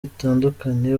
batandukanye